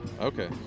Okay